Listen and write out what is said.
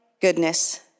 goodness